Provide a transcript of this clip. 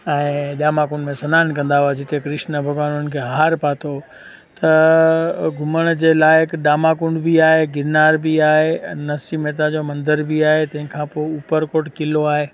ऐं दामाकुंड में सनान कंदा हुआ जिते कृष्ण भॻवान हुनखे हार पातो त घुमण जे लाइ हिक दामाकुंड बि आहे गिरनार बि आहे नरसिंह मेहता जो मंदर बि आहे तंहिं खां पोइ ऊपरकोट क़िलो आहे